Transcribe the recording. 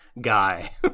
guy